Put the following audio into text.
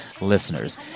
listeners